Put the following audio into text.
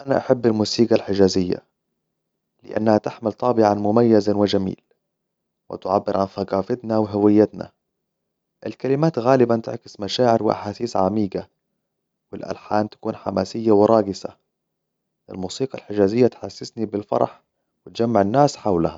أنا أحب الموسيقى الحجازية لأنها تحمل طابعاً مميزاً وجميل وتعبر عن ثقافتنا وهويتنا الكلمات غالباً تعكس مشاعر وأحاسيس عميقة والألحان تكون حماسية وراقصة الموسيقى الحجازية تحسسني بالفرح وتجمع الناس حولها